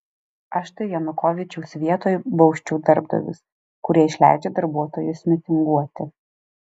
aš tai janukovyčiaus vietoj bausčiau darbdavius kurie išleidžia darbuotojus mitinguoti